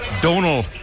Donal